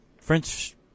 French